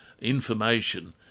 information